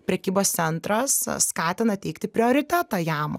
prekybos centras skatina teikti prioritetą jam